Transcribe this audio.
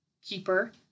keeper